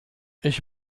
ich